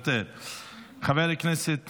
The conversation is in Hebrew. חבר הכנסת